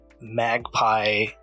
magpie